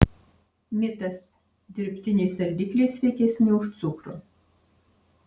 mitas dirbtiniai saldikliai sveikesni už cukrų